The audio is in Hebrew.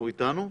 הוא איתנו?